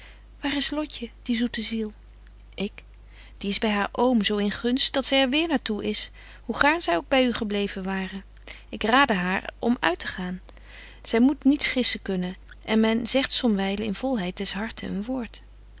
waar is lotje die zoete ziel ik die is by haar oom zo in gunst dat zy er weêr naar toe is hoe gaarn zy ook by u gebleven ware ik raadde haar om uittegaan zy moet niets gissen kunnen en men zegt somwylen in volheid des harten een woord